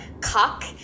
cock